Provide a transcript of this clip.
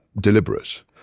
deliberate